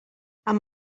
amb